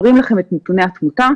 מראים לכם את נתוני התמותה,